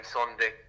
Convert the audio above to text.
Sunday